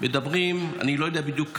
אני לא יודע בדיוק כמה,